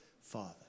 father